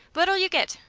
what'll you get?